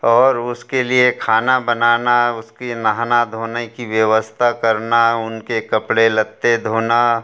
और उसके लिए खाना बनाना उसकी नहाना धोने की व्यवस्था करना उनके कपड़े लत्ते धोना